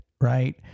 right